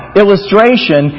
illustration